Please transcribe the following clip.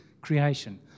creation